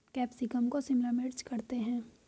capsicum को शिमला मिर्च करते हैं